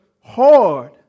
hard